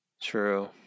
True